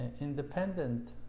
independent